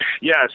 Yes